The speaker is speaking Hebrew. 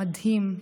המדהים,